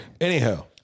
Anyhow